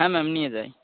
হ্যাঁ ম্যাম নিয়ে যাই